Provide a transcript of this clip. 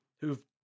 who've